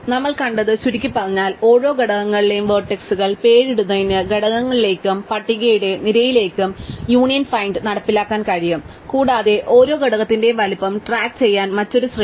നമ്മൾ കണ്ടത് ചുരുക്കിപ്പറഞ്ഞാൽ ഓരോ ഘടകങ്ങളിലെയും വേർട്കസുകൾക് പേരിടുന്നതിന് ഘടകങ്ങളിലേക്കും പട്ടികയുടെ നിരയിലേക്കും യൂണിയൻ ഫൈൻഡ് നടപ്പിലാക്കാൻ കഴിയും കൂടാതെ ഓരോ ഘടകത്തിന്റെയും വലുപ്പം ട്രാക്കുചെയ്യാൻ മറ്റൊരു ശ്രേണി